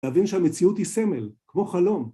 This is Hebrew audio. תבין שהמציאות היא סמל, כמו חלום.